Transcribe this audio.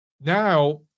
now